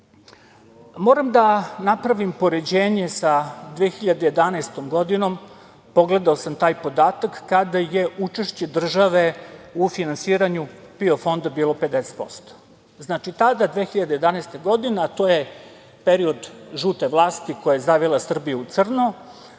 da napravim poređenje sa 2011. godinom. Pogledao sam taj podatak, kada je učešće države u finansiranju PIO fonda bilo 50%. Znači, tada, 2011. godine, a to je period žute vlasti, koja je zavila Srbiju u crno,